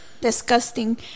Disgusting